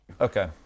Okay